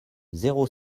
zéro